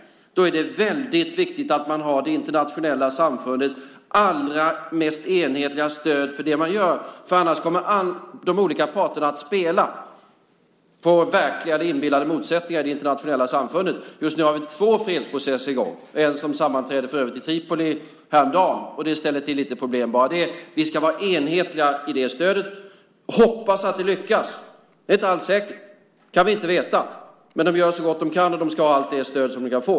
Då är det väldigt viktigt att man har det internationella samfundets allra mest enhetliga stöd för det man gör, för annars kommer de olika parterna att spela på verkliga eller inbillade motsättningar i det internationella samfundet. Just nu har vi två fredsprocesser i gång. En sammanträdde i Tripoli häromdagen, och det ställer till lite problem. Vi ska vara enhetliga i det stödet. Vi hoppas att det lyckas. Det är inte alls säkert - det kan vi inte veta. Men de gör så gott de kan, och de ska ha allt det stöd som de kan få.